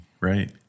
right